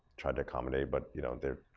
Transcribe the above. tried to accommodate, but, you know, they're